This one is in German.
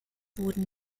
wurden